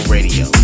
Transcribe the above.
Radio